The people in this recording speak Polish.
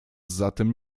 zatem